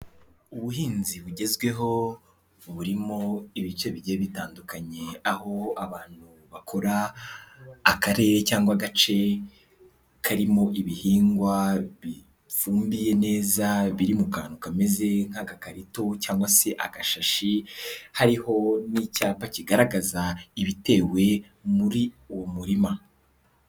Ubuhinzi bugezweho burimo ibice bigiye bitandukanye, aho abantu bakora akarere cyangwa agace karimo ibihingwa bifumbiye neza biri mu kantu kameze nk'agakarito cyangwa se agashashi, hariho n'icyapa kigaragaza ibitewe muri uwo murima.